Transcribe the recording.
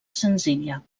senzilla